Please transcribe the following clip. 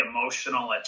emotional